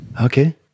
Okay